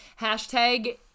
hashtag